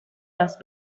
las